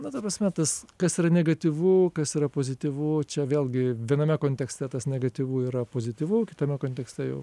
na ta prasme tas kas yra negatyvu kas yra pozityvu čia vėlgi viename kontekste tas negatyvu yra pozityvu kitame kontekste jau